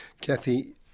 Kathy